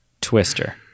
Twister